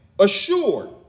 assured